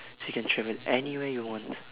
so you can travel anywhere you want